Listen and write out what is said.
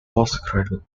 postgraduate